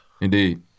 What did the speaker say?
Indeed